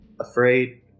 afraid